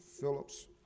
Phillips